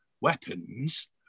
weapons